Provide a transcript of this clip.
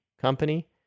company